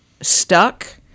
stuck